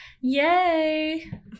Yay